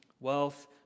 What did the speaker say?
Wealth